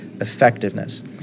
effectiveness